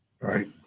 Right